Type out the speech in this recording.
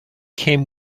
came